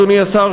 אדוני השר,